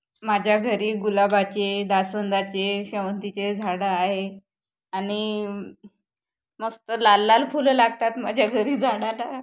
माझ्या घरी गुलाबाचे जास्वंदाचे शेवंतीचे झाडं आहे आणि मस्त लाल लाल फुलं लागतात माझ्या घरी झाडाला